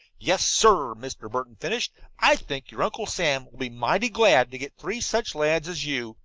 yes, sir, mr. burton finished, i think your uncle sam will be mighty glad to get three such lads as you,